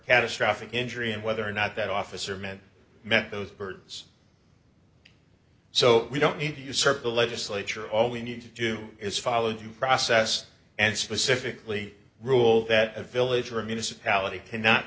catastrophic injury and whether or not that officer meant met those birds so we don't need to usurp the legislature all we need to do is follow due process and specifically rule that a village or a municipality cannot